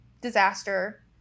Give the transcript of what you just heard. Disaster